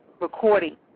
recording